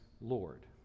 Lord